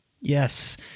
Yes